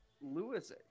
Lewis